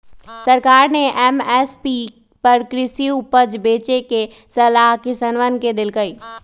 सरकार ने एम.एस.पी पर कृषि उपज बेचे के सलाह किसनवन के देल कई